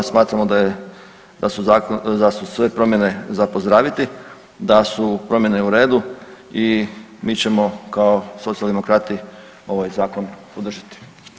Smatramo da je, da su sve promjene za pozdraviti, da su promjene u redu i mi ćemo kao Socijaldemokrati ovaj zakon podržati.